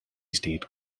state